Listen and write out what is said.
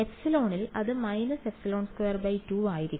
0 ε ൽ അത് − ε22 ആയിരിക്കും